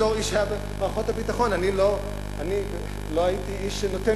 בתור איש שהיה במערכות הביטחון אני לא הייתי איש שנותן